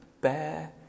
bear